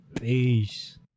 peace